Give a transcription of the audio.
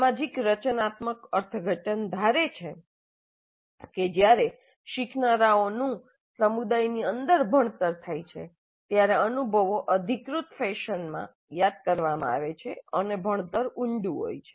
સામાજિક રચનાત્મક અર્થઘટન ધારે છે કે જ્યારે શીખનારાઓનું સમુદાયની અંદર ભણતર થાય છે ત્યારે અનુભવો અધિકૃત ફેશનમાં યાદ કરવામાં આવે છે અને ભણતર ઊંડું હોય છે